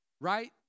Right